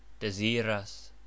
Desiras